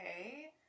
okay